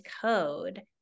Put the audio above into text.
code